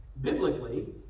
Biblically